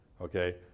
Okay